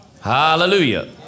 Hallelujah